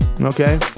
Okay